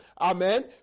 Amen